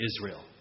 Israel